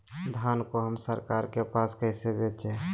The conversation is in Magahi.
धान को हम सरकार के पास कैसे बेंचे?